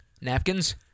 Napkins